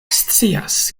scias